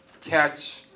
catch